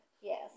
Yes